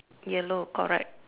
yellow correct